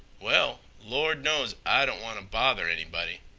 well, lord knows i don't wanta bother anybody,